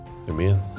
Amen